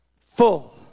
Full